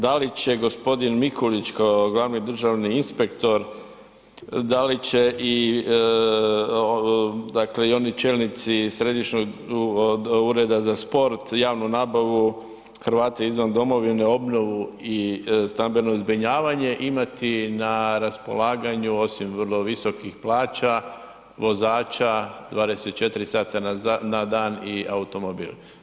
Da li će gospodin Mikulić kao glavni državni inspektor, da li će i dakle i oni čelnici središnjeg ureda za sport, javnu nabavu, Hrvate izvan domovine, obnovu i stambeno zbrinjavanje imati na raspolaganju osim vrlo visokih plaća vozača 24 na dan i automobil?